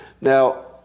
Now